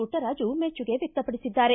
Puttaraju ಮೆಚ್ಚುಗೆವ್ವಕ್ತಪಡಿಸಿದ್ದಾರೆ